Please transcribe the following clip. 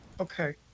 Okay